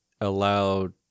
allowed